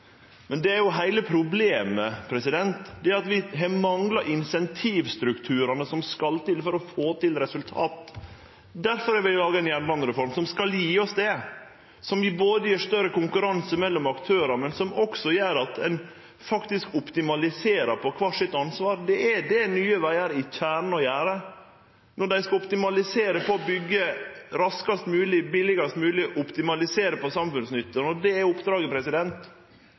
er til å kjenne att i tredje runde. Heile problemet er at vi har mangla incentivstrukturane som skal til for å få til resultat. Difor har vi laga ei jernbanereform som skal gje oss det, som både gjev større konkurranse mellom aktørane, og som gjer at ein optimaliserer på kvart enkelt sitt ansvar. Det er det Nye vegar i kjernen gjer. Når oppdraget er å optimalisere samfunnsnytta ved å byggje raskast og billigast mogleg, kjem ulike forretningsmodellar, ulik involvering av entreprenørmarknaden og